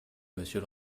monsieur